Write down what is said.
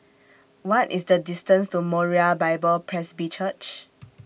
What IS The distance to Moriah Bible Presby Church